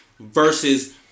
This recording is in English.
versus